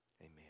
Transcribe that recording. amen